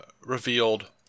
revealed